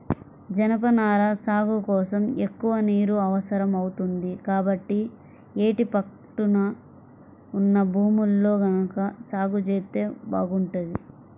జనపనార సాగు కోసం ఎక్కువ నీరు అవసరం అవుతుంది, కాబట్టి యేటి పట్టున ఉన్న భూముల్లో గనక సాగు జేత్తే బాగుంటది